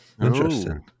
Interesting